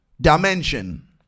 dimension